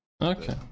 Okay